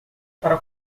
para